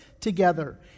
together